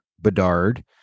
Bedard